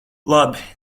labi